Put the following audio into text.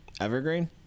Evergreen